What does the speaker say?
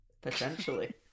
Potentially